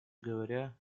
говоря